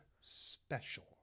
special